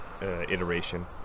iteration